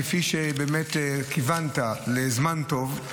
כיוונת לזמן טוב,